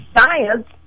science